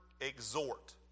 exhort